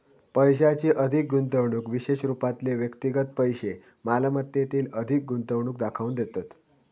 पैशाची अधिक गुंतवणूक विशेष रूपातले व्यक्तिगत पैशै मालमत्तेतील अधिक गुंतवणूक दाखवून देतत